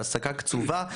העסקה קצובה,